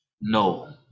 no